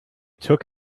took